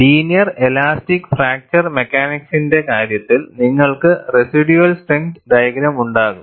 linear elastic fracture മെക്കാനിക്സിന്റെ കാര്യത്തിൽ നിങ്ങൾക്ക് റെസിഡ്യൂൽ സ്ട്രെങ്ത് ഡയഗ്രാം ഉണ്ടാകും